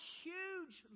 huge